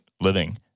living